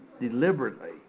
deliberately